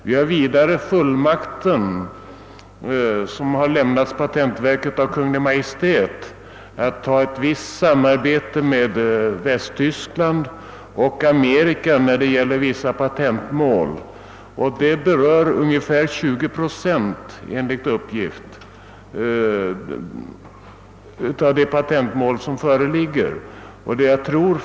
Vidare har Kungl. Maj:t lämnat patentverket fullmakt att sam arbeta med Västtyskland och Amerika när det gäller vissa patentmål. Denna fullmakt berör enligt uppgift ungefär 20 procent av patentmålen.